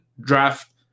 draft